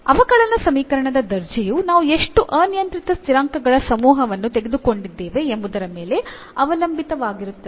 ಅವಕಲನ ಸಮೀಕರಣದ ದರ್ಜೆಯು ನಾವು ಎಷ್ಟು ಅನಿಯಂತ್ರಿತ ಸ್ಥಿರಾಂಕಗಳ ಸಮೂಹವನ್ನು ತೆಗೆದುಕೊಂಡಿದ್ದೇವೆ ಎಂಬುದರ ಮೇಲೆ ಅವಲಂಬಿತವಾಗಿರುತ್ತದೆ